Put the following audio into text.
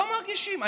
לא מרגישים.